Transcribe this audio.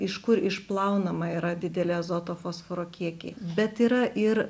iš kur išplaunama yra dideli azoto fosforo kiekiai bet yra ir